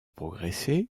progresser